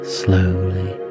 slowly